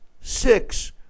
six